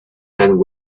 and